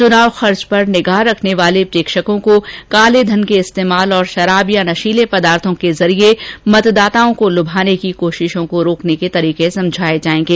चुनाव खर्च पर निगाह रखने वाले प्रेक्षकों को कालेधन के इस्तेमाल और शराब या नशीले पदार्थों के जरिए मतदाताओं को लूभाने की कोशिशों को रोकने के तरीके समझाए जाएंगे